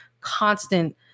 constant